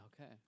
Okay